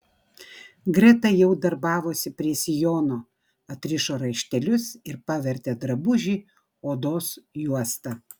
greta jau darbavosi prie sijono atrišo raištelius ir pavertė drabužį odos juosta